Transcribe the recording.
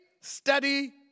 steady